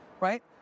right